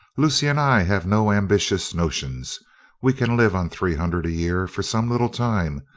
lucy and i have no ambitious notions we can live on three hundred a year for some little time,